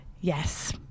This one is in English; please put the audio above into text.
Yes